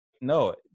no